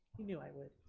you knew i would.